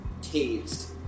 tased